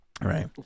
Right